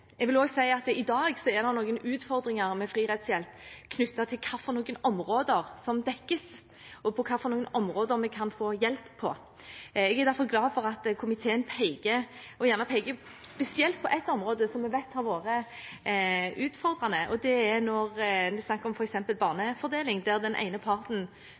si at det i dag er noen utfordringer med fri rettshjelp – knyttet til hvilke områder som dekkes, og på hvilke områder vi kan få hjelp. Jeg er derfor glad for at komiteen peker spesielt på ett område som vi vet har vært utfordrende, og det er barnefordelingssaker der den ene parten får innvilget fri rettshjelp, mens den andre ikke får det, selv om man bare er